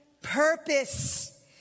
purpose